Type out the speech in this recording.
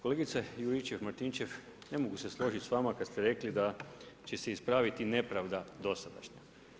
Kolegice Juričev-Martinčev, ne mogu se složiti s vama kad ste rekli da će se ispraviti nepravda dosadašnja.